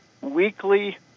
weekly